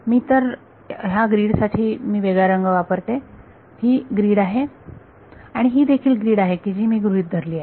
मी तर ह्या ग्रीड साठी मी वेगळा रंग वापरते ही ग्रीड आहे ही देखील ग्रीड आहे की जी मी गृहीत धरली आहे